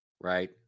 Right